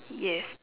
yes